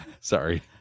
Sorry